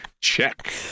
Check